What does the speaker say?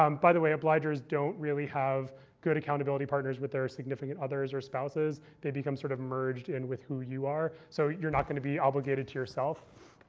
um by the way, obligers don't really have good accountability partners with their significant others or spouses. they become sort of merged in with who you are. so you're not going to be obligated to yourself.